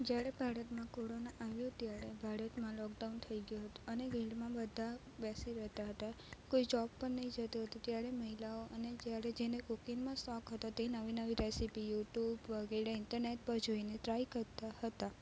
જ્યારે ભારતમાં કોરોના આવ્યો ત્યારે ભારતમાં લોકડાઉન થઈ ગયું હતું અને ઘરમાં બધા બેસી રહેતા હતા કોઈ જોબ પર ન જતું હતું ત્યારે મહિલાઓ અને જ્યારે જેને કૂકિંગમાં શોખ હતો તે નવી નવી રેસીપી યુટૂબ વગેરે ઇન્ટરનેટ પર જોઈને ટ્રાઇ કરતાં હતા